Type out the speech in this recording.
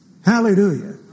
hallelujah